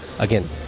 Again